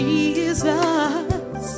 Jesus